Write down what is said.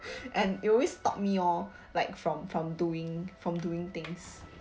and it always stop me orh like from from doing from doing things